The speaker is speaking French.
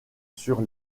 sur